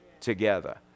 together